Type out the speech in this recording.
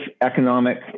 economic